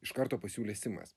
iš karto pasiūlė simas